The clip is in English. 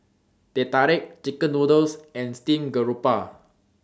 Teh Tarik Chicken Noodles and Steamed Garoupa